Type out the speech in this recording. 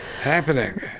Happening